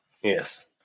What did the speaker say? yes